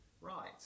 right